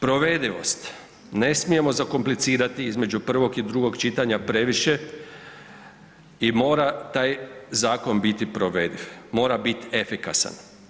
Provedivost, ne smijemo zakomplicirati između prvog i drugog čitanja previše i mora taj zakon biti provediv, mora biti efikasan.